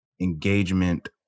engagement